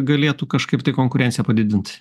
galėtų kažkaip tai konkurenciją padidint